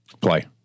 Play